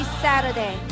Saturday